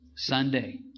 Sunday